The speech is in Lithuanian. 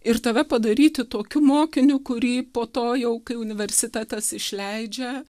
ir tave padaryti tokiu mokiniu kurį po to jau kai universitetas išleidžia